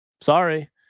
sorry